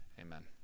amen